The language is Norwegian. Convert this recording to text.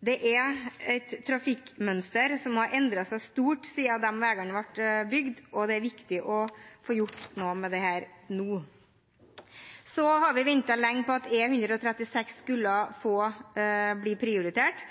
Det er et trafikkmønster som har endret seg stort siden de veiene ble bygd, og det er viktig å få gjort noe med det nå. Vi har ventet lenge på at E136 skulle bli prioritert,